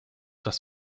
das